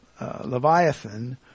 Leviathan